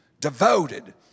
Devoted